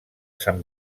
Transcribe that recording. sant